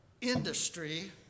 industry